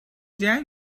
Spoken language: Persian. جنگ